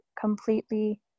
completely